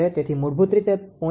તેથી મૂળભૂત રીતે તે 0